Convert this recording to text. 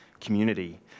community